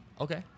Okay